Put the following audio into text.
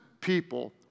people